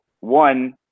One